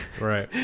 right